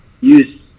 use